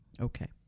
Okay